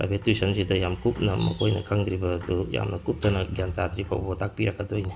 private ꯇ꯭ꯌꯨꯁꯟꯁꯤꯗ ꯌꯥꯝ ꯀꯨꯞꯅ ꯃꯈꯣꯏꯅ ꯈꯪꯗ꯭ꯔꯤꯕ ꯑꯗꯨ ꯌꯥꯝꯅ ꯀꯨꯞꯊꯅ ꯒ꯭ꯌꯥꯟ ꯇꯥꯗ꯭ꯔꯤ ꯐꯥꯎꯕ ꯇꯥꯛꯄꯤꯔꯛꯀꯗꯣꯏꯅꯦ